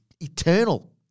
eternal